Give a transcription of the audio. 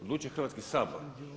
Odlučuje Hrvatski sabor.